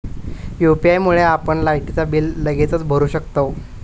UPI मुळे आपण लायटीचा बिल लगेचच भरू शकतंव